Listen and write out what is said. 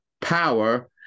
power